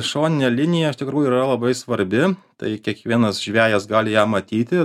šoninė linija iš tikrųjų yra labai svarbi tai kiekvienas žvejas gali ją matyti